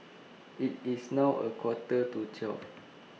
IT IS now A Quarter to twelve